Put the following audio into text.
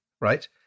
right